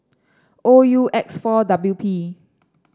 O U X four W P